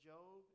Job